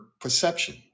perception